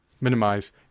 minimize